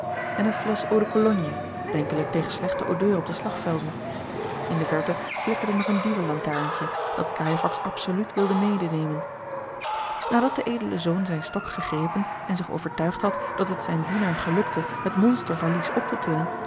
en eene flesch eau de cologne denkelijk tegen slechte odeur op de slagvelden in de verte flikkerde nog een dievenlantaarntje dat cajefax absoluut wilde medenemen nadat de edele zoon zijn stok gegrepen en zich overtuigd had dat het zijn dienaar gelukte het monstervalies op te tillen